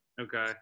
Okay